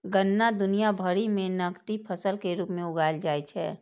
गन्ना दुनिया भरि मे नकदी फसल के रूप मे उगाएल जाइ छै